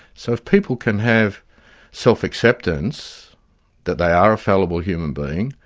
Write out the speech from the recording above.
so if people can have self-acceptance that they are a fallible human being,